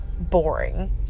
boring